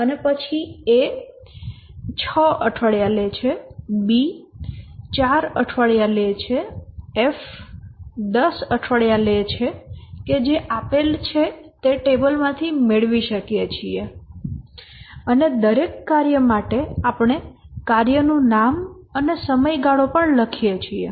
અને પછી A 6 અઠવાડિયા લે છે B 4 અઠવાડિયા લે છે F 10 અઠવાડિયા લે છે કે જે આપેલ છે તે ટેબલમાંથી મેળવી શકીએ છીએ અને દરેક કાર્ય માટે આપણે કાર્યનું નામ અને સમયગાળો પણ લખીએ છીએ